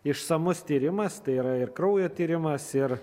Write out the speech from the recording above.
išsamus tyrimas tai yra ir kraujo tyrimas ir